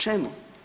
Čemu?